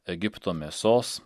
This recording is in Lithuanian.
egipto mėsos